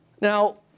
Now